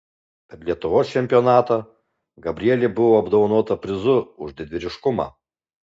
per lietuvos čempionatą gabrielė buvo apdovanota prizu už didvyriškumą